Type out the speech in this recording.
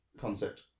concept